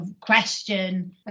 question